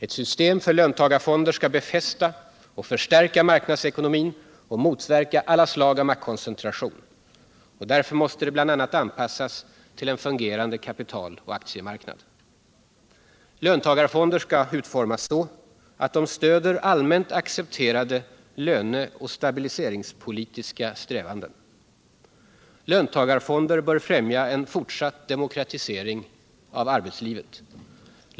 Ett system för löntagarfonder skall befästa och förstärka marknadsekonomin och motverka alla slag av maktkoncentration. Därför måste det bl.a. anpassas till en fungerande kapital och aktiemarknad. Löntagarfonder bör utformas så att de stöder allmänt accepterade löne och stabiliseringspolitiska strävanden. Löntagarfonder bör främja en fortsatt demokratisering av arbetslivet.